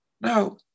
Now